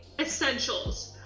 essentials